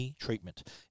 treatment